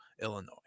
Illinois